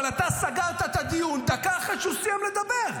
אבל אתה סגרת את הדיון דקה אחרי שהוא סיים לדבר.